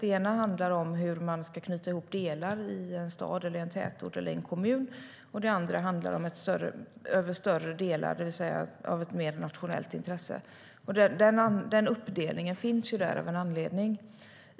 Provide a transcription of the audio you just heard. Det ena handlar om hur man ska knyta ihop delar i en stad, en tätort eller en kommun, och det andra handlar om större delar, det vill säga av ett mer nationellt intresse. Den uppdelningen finns ju av en anledning.